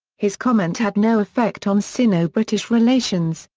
his comment had no effect on sino-british relations,